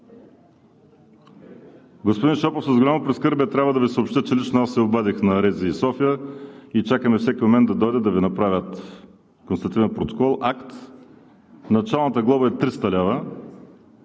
Господин Шопов, с голямо прискърбие трябва да Ви съобщя, че лично аз се обадих на РЗИ – София и чакаме всеки момент да дойдат да Ви направят констативен протокол – акт. Началната глоба е 300 лв.